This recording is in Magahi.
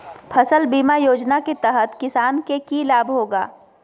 फसल बीमा योजना के तहत किसान के की लाभ होगा?